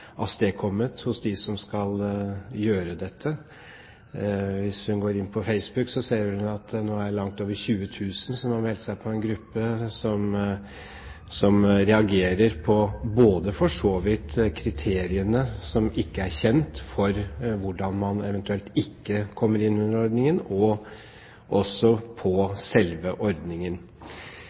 hos dem som skal gjøre dette. Hvis hun går inn på Facebook, vil hun se at det nå er langt over 20 000 som har meldt seg på en gruppe som reagerer på for så vidt både kriteriene for hvordan man eventuelt ikke kommer innunder ordningen, som ikke er kjent, og på selve ordningen.